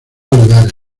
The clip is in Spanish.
olivares